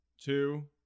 two